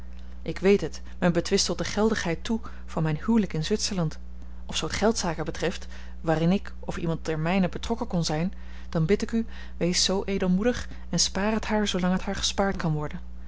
ik weet het men betwist tot de geldigheid toe van mijn huwelijk in zwitserland of zoo het geldzaken betreft waarin ik of iemand der mijnen betrokken kon zijn dan bid ik u wees zoo edelmoedig en spaar het haar zoolang het haar gespaard kan worden